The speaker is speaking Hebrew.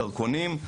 דרכונים,